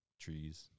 trees